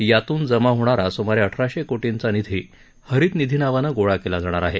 यातून जमा होणारा सुमारे अठराशे कोर्टीचा निधी हरित निधी नावानं गोळा केला जाणार आहे